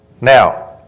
Now